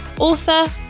author